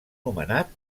nomenat